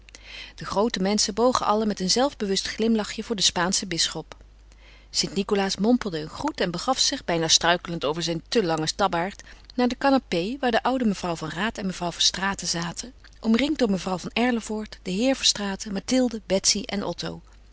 de groote menschen bogen allen met een zelfbewust glimlachje voor den spaanschen bisschop st nicolaas mompelde een groet en begaf zich bijna struikelend over zijn te langen tabbaard naar de canapé waar de oude mevrouw van raat en mevrouw verstraeten zaten omringd door mevrouw van erlevoort den heer verstraeten mathilde betsy en otto